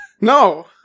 No